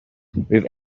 with